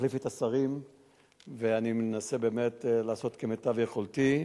מחליף את השרים ואני מנסה באמת לעשות כמיטב יכולתי.